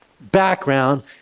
background